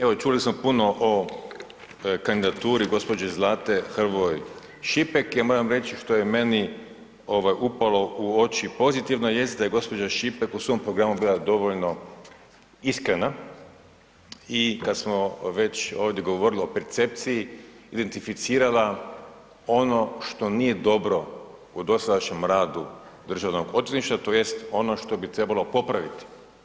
Evo čuli smo puno o kandidaturi gospođe Zlate Hrvoj Šipek i ja moram reći što je meni upalo u oči pozitivno, jest da je gospođa Šipek u svom programu bila dovoljno iskrena i kada smo već ovdje govorili o percepciji, identificirala ono što nije dobro u dosadašnjem radu državnog odvjetništva, tj. ono što bi trebalo popraviti.